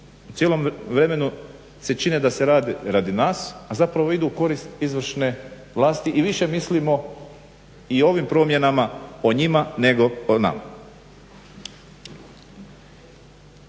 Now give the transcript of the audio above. cijelom vremenu se čine da se rade radi nas, a zapravo idu u korist izvršne vlasti i više mislimo i ovim promjenama o njima nego o nama.